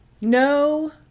No